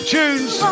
tunes